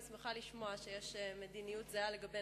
אני שמחה לשמוע שיש מדיניות זהה לגבי